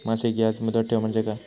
मासिक याज मुदत ठेव म्हणजे काय?